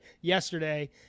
yesterday